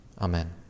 Amen